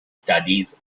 studies